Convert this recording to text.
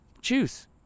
choose